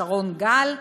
שרון גל,